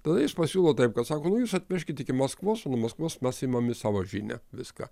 tada jis pasiūlo taip kad sako nu jūs atvežkit iki maskvos o nuo maskvos mes imam į savo žinią viską